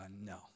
no